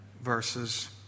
verses